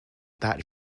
that